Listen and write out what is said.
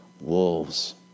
wolves